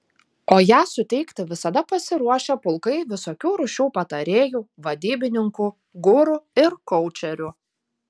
o ją suteikti visada pasiruošę pulkai visokių rūšių patarėjų vadybininkų guru ir koučerių